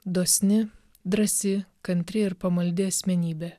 dosni drąsi kantriai ir pamaldi asmenybė